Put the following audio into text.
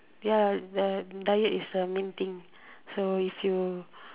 ya uh diet is the main thing so if you